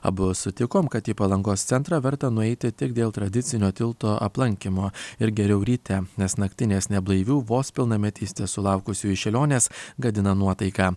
abu sutikom kad į palangos centrą verta nueiti tik dėl tradicinio tilto aplankymo ir geriau ryte nes naktinės neblaivių vos pilnametystės sulaukusiųjų šėlionės gadina nuotaiką